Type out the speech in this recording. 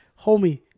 homie